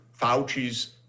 Fauci's